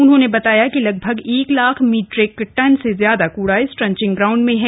उन्होंने बताया कि लगभग एक लाख मैट्रिक टन से ज्यादा कूड़ा इस ट्रंचिंग ग्राउंड में है